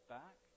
back